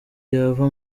yava